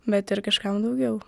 bet ir kažkam daugiau